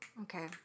Okay